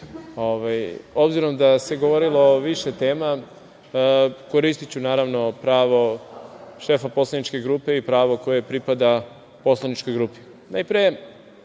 Obzirom da je govoreno o više tema, koristiću, naravno, pravo šefa poslaničke grupe i pravo koje pripada poslaničkoj grupi. Najpre